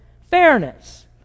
fairness